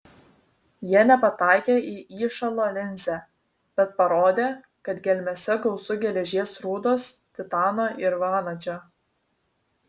jie nepataikė į įšalo linzę bet parodė kad gelmėse gausu geležies rūdos titano ir vanadžio